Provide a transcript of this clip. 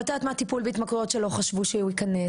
ואת יודעת מה הטיפול בהתמכרויות שלא חשבו שהוא יכנס.